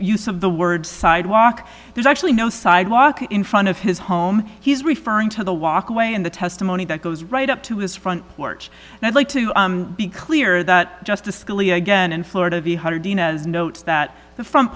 use of the word sidewalk there's actually no sidewalk in front of his home he's referring to the walkway in the testimony that goes right up to his front porch and i'd like to be clear that justice scalia again in florida v one hundred dina's notes that the front